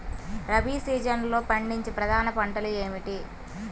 రబీ సీజన్లో పండించే ప్రధాన పంటలు ఏమిటీ?